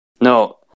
No